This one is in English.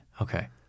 Okay